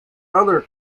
other